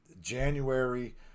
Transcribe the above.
January